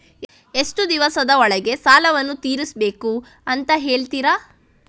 ಎಷ್ಟು ದಿವಸದ ಒಳಗೆ ಸಾಲವನ್ನು ತೀರಿಸ್ಬೇಕು ಅಂತ ಹೇಳ್ತಿರಾ?